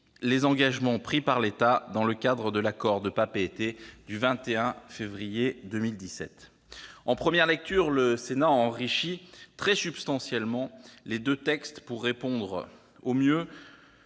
les engagements pris par l'État dans le cadre del'accord de Papeete du 21 février 2017. En première lecture, le Sénat a enrichi très substantiellement les deux textes, pour répondre mieux